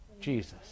Jesus